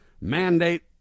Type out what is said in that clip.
mandate